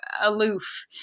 aloof